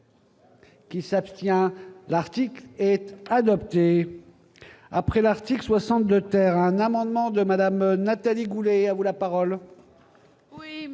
Qui s'abstient l'article est adoptée après l'article 62 terre un amendement de Madame Nathalie Goulet, à vous la parole.